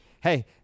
Hey